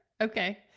Okay